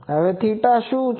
હવે થીટા શું છે